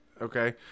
Okay